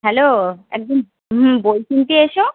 hello এক দিন হুম বই কিনতে এসো